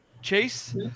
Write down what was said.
Chase